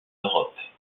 europe